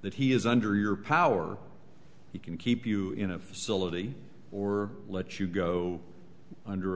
that he is under your power you can keep you in a facility or let you go under